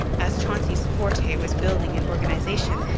as chauncey's forte was building and organization,